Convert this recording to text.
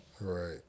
Right